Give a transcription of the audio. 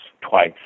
twice